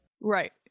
Right